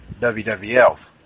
WWF